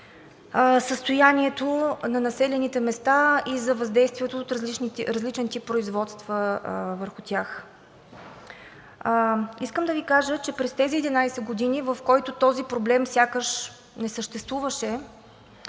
състоянието на населените места и за въздействието от различен тип производства върху тях. Искам да Ви кажа, че през тези 11 години, в които този проблем сякаш не съществуваше,